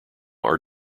are